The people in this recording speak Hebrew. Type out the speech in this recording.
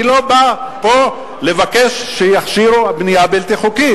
אני לא בא פה לבקש שיכשירו בנייה בלתי חוקית,